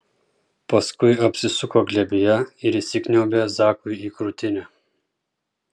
paskui apsisuko glėbyje ir įsikniaubė zakui į krūtinę